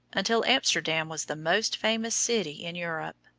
until amsterdam was the most famous city in europe.